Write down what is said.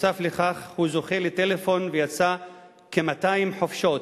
בנוסף לכך, הוא זוכה לטלפון, ויצא לכ-200 חופשות.